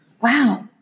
Wow